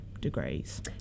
degrees